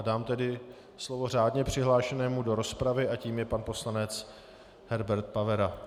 Dám tedy slovo řádně přihlášenému do rozpravy a tím je pan poslanec Herbert Pavera.